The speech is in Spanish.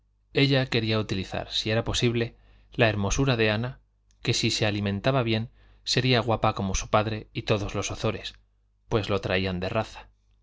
ella quería utilizar si era posible la hermosura de ana que si se alimentaba bien sería guapa como su padre y todos los ozores pues lo traían de raza